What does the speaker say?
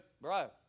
Bro